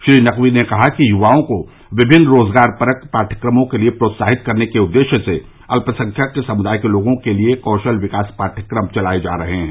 श्री नकवी ने कहा कि युवाओं को विभिन्न रोजगार परक पाठ्यक्रमों के लिए प्रोत्साहित करने के उद्देश्य से अल्पसंख्यक समुदाय के लोगों के लिए कौशल विकास पाठ्यक्रम चलाए जा रहे हैं